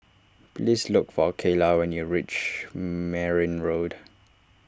please look for Kaylah when you reach Merryn Road